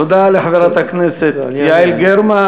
תודה לחברת הכנסת יעל גרמן.